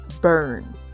burn